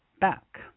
back